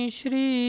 Shri